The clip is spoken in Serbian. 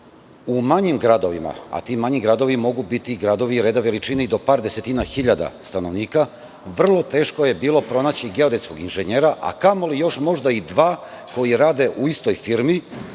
u manjim gradovima, a ti manji gradovi mogu biti gradovi reda i veličine i do par desetina hiljada stanovnika, vrlo teško je bilo pronaći geodetskog inženjera, a kamoli još možda i dva koji rade u istoj firmi